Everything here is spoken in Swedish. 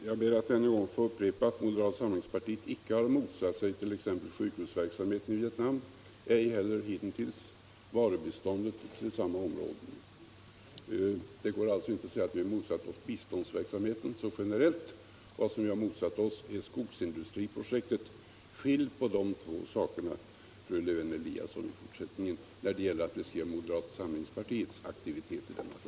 Herr talman! Jag ber att än en gång få upprepa att moderata samlingspartiet icke har motsatt sig t.ex. sjukhusverksamheten i Vietnam, hitintills ej heller varubiståndet till samma område. Det går alltså inte att säga att vi generellt motsatt oss biståndsverksamheten. Vad vi motsatt oss är skogsindustriprojektet. Skilj på de två sakerna i fortsättningen, fru Lewén-Eliasson, när det gäller att beskriva moderata samlingspartiets aktivitet i denna fråga!